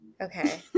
okay